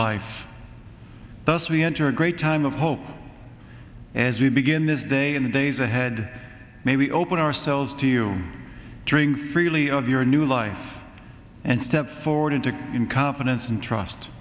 life thus we enter a great time of hope as we begin this day in the days ahead maybe open ourselves to you during freely of your new life and step forward to in confidence and trust